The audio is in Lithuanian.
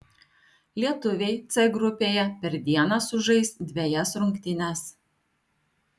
lietuviai c grupėje per dieną sužais dvejas rungtynes